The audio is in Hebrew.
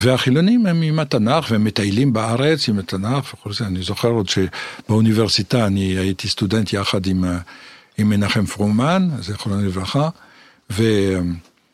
והחילונים הם עם התנ״ך והם מטיילים בארץ עם התנ״ך וכל זה, אני זוכר עוד שבאוניברסיטה אני הייתי סטודנט יחד עם... עם מנחם פרומן, זכרו לברכה. ו...